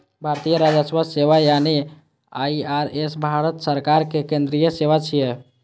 भारतीय राजस्व सेवा यानी आई.आर.एस भारत सरकार के केंद्रीय सेवा छियै